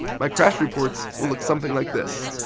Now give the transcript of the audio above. my crash reports will look something like this,